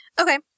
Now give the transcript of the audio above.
okay